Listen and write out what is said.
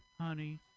honey